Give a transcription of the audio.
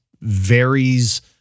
varies